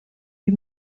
die